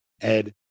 Ed